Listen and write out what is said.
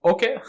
Okay